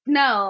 no